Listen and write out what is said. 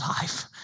life